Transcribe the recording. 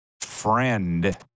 friend